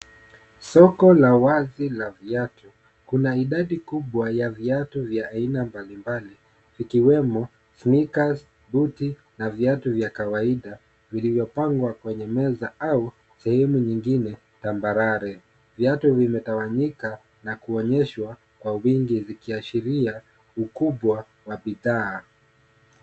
Soko la wazi la viatu. Kuna idadi kubwa ya viatu vya aina mbali mbali ikiwemo sneakers buti na viatu vya kawaida vilivyo pangwa kwenye meza au sehemu nyingine tambarare. Viatu vimetawanyika na kuonyeshwa kwa wingi. Zikiashiria ukubwa wa bidhaa.